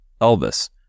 Elvis